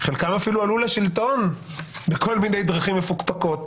חלקם אפילו עלו לשלטון בכל מיני דרכים מפוקפקות